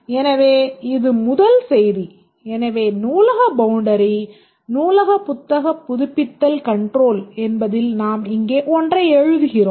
எனவே இது முதல் செய்தி எனவே நூலக பவுண்டரி நூலக புத்தக புதுப்பித்தல் கன்ட்ரோல் என்பதில் நாம் இங்கே ஒன்றை எழுதுகிறோம்